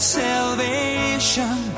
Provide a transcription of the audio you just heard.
salvation